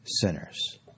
sinners